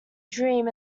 dream